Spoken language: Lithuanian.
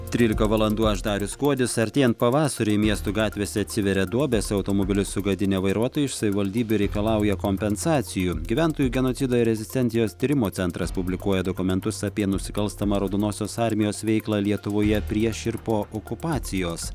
trylika valandų aš darius kuodis artėjant pavasariui miestų gatvėse atsiveria duobės automobilius sugadinę vairuotojai iš savivaldybių reikalauja kompensacijų gyventojų genocido ir rezistencijos tyrimo centras publikuoja dokumentus apie nusikalstamą raudonosios armijos veiklą lietuvoje prieš ir po okupacijos